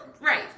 Right